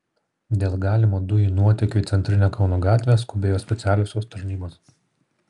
dėl galimo dujų nuotėkio į centrinę kauno gatvę skubėjo specialiosios tarnybos